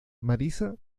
marisa